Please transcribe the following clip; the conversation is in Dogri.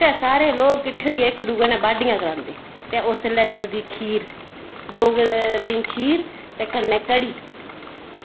ते सारे लोग किट्ठे होइयै इक दूए नै बाड्ढियां करांदे ते उसलै चलदी खीर डोगरें खीर ते कन्नै क'ड़ी